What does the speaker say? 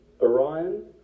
Orion